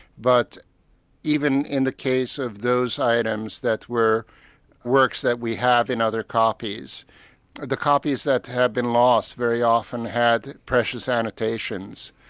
but even in the case of those items that were works that we have in other copies. but the copies that have been lost very often had precious annotations,